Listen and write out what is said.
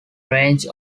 range